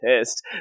pissed